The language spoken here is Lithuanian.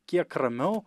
kiek ramiau